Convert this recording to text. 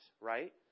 right